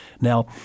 Now